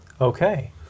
Okay